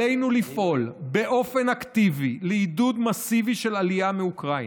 עלינו לפעול באופן אקטיבי לעידוד מסיבי של עלייה מאוקראינה.